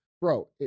Bro